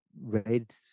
red